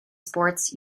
sports